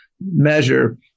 measure